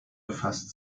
befasst